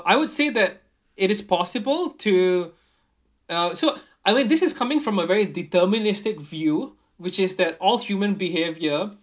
I would say that it is possible to uh so I think this is coming from a very deterministic view which is that all human behaviour